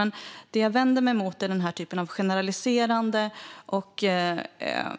Men det jag vänder mig emot är den typ av generaliserande och